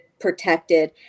Protected